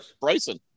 Bryson